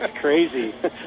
crazy